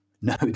No